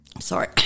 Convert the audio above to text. sorry